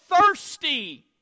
thirsty